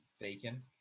bacon